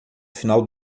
final